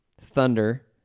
Thunder